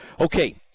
Okay